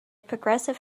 progressive